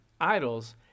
idols